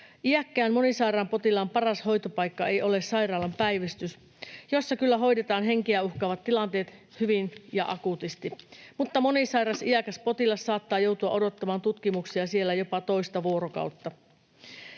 Iäkkään monisairaan potilaan paras hoitopaikka ei ole sairaalan päivystys, jossa kyllä hoidetaan henkeä uhkaavat tilanteet hyvin ja akuutisti, mutta monisairas iäkäs potilas saattaa joutua odottamaan tutkimuksia siellä jopa toista vuorokautta.